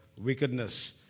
wickedness